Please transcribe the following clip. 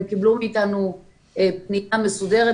הם קיבלו מאתנו פנייה מסודרת.